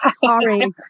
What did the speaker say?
sorry